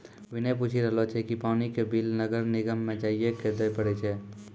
विनय पूछी रहलो छै कि पानी के बिल नगर निगम म जाइये क दै पड़ै छै?